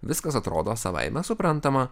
viskas atrodo savaime suprantama